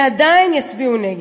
ועדיין יצביעו נגד.